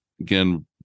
again